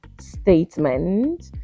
Statement